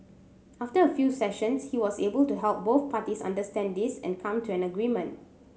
after a few sessions he was able to help both parties understand this and come to an agreement